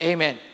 Amen